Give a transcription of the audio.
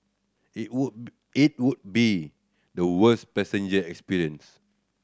it would it would be the worst passenger experience